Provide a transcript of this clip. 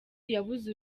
yabuze